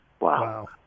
wow